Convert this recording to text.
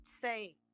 say